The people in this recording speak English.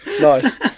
nice